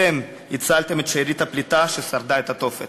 אתם הצלתם את שארית הפליטה ששרדה את התופת.